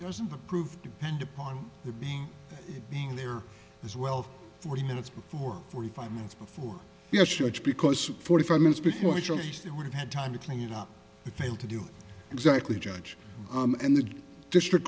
doesn't approve depend upon the being there as well forty minutes before forty five minutes before yes church because forty five minutes before challenge that would have had time to clean up the failed to do exactly judge and the district